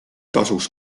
tasuks